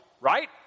right